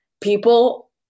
People